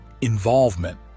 involvement